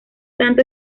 tanto